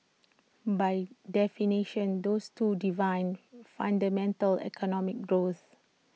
by definition those two define fundamental economic growth